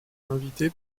invité